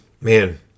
Man